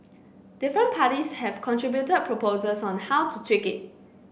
different parties have contributed proposals on how to tweak it